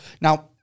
Now